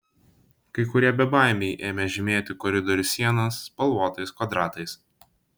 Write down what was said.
kai kurie bebaimiai ėmė žymėti koridorių sienas spalvotais kvadratais